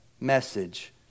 message